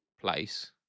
place